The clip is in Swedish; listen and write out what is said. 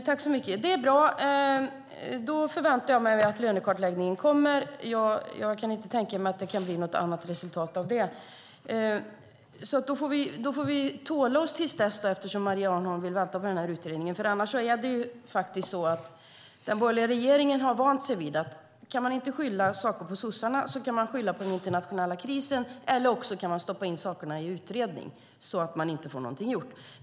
Fru talman! Det är bra. Jag förväntar mig att lönekartläggningen kommer. Jag kan inte tänka att det kan bli något annat resultat. Vi får tåla oss till dess eftersom Maria Arnholm vill vänta på utredningen. Den borgerliga regeringen har vant sig vid att kan man inte skylla saker på sossarna kan man skylla på den internationella krisen eller stoppa in sakerna i en utredning så att man inte får någonting gjort.